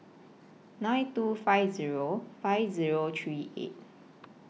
nine two five Zero five Zero three eight